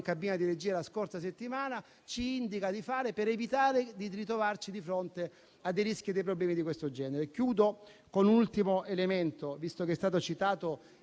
in cabina di regia la scorsa settimana, per evitare di trovarci di fronte a rischi e problemi di questo genere. Chiudo con un ultimo elemento: visto che è stato citato